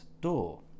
door